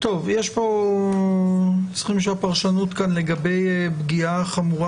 צריכים פרשנות כאן לגבי פגיעה חמורה